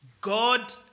God